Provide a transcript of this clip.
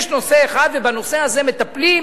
יש נושא אחד ובנושא הזה מטפלים,